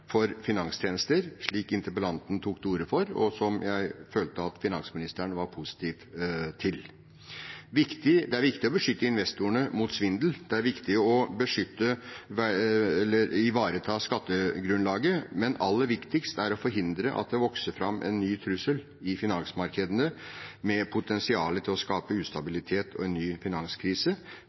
for finanstjenester, slik interpellanten tok til orde for, og som jeg følte at finansministeren var positiv til. Det er viktig å beskytte investorene mot svindel. Det er viktig å beskytte eller ivareta skattegrunnlaget, men aller viktigst er det å forhindre at det vokser fram en ny trussel i finansmarkedene med et potensial til å skape ustabilitet og en ny finanskrise